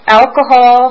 alcohol